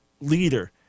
leader